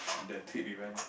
the trip events